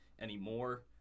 anymore